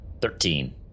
Thirteen